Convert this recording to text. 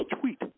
tweet